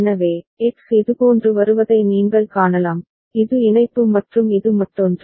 எனவே எக்ஸ் இதுபோன்று வருவதை நீங்கள் காணலாம் இது இணைப்பு மற்றும் இது மற்றொன்று